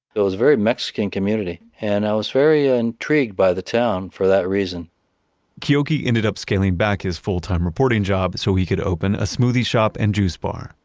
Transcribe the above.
it was a very mexican community, and i was very ah intrigued by the town for that reason keoki ended up scaling back his full-time reporting job so he could open a smoothie shop and juice bar.